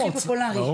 הכי פופולרי.